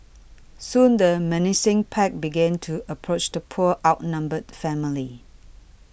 soon the menacing pack began to approach the poor outnumbered family